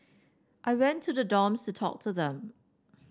I went to the dorms to talk to them